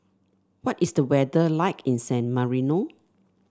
what is the weather like in San Marino